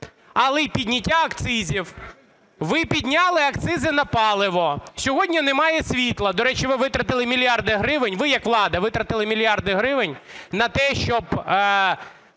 але й підняття акцизів. Ви підняли акцизи на паливо. Сьогодні немає світла, до речі, ви витратили мільярди гривень, ви як влада, витратили мільярди гривень на те, щоб